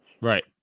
right